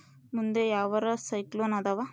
ಮುಂದೆ ಯಾವರ ಸೈಕ್ಲೋನ್ ಅದಾವ?